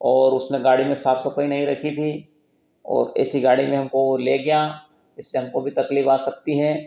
ओर उसने गाड़ी में साफ सफाई नहीं रखी थी और ऐसी गाड़ी में हमको वह ले गया इससे हमको भी तकलीफ़ आ सकती है